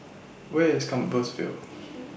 Where IS Compassvale